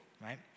right